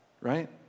right